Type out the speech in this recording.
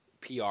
PR